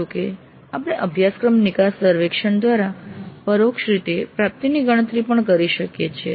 જો કે આપણે અભ્યાક્રમ નિકાસ સર્વેક્ષણ દ્વારા પરોક્ષ રીતે પ્રાપ્તિની ગણતરી પણ કરી શકીએ છીએ